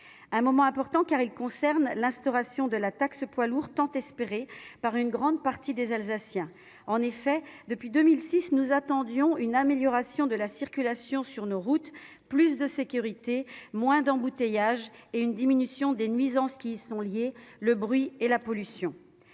d'un moment important, car ce texte concerne l'instauration de la taxe poids lourds tant espérée par une grande partie des Alsaciens. En effet, depuis 2006, nous attendons une amélioration de la circulation sur nos routes, pour plus de sécurité, moins d'embouteillages et une diminution des nuisances liées au trafic, comme le bruit et la pollution.